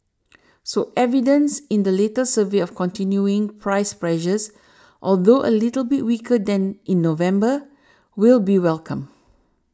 so evidence in the latest survey of continuing price pressures although a little bit weaker than in November will be welcomed